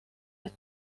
but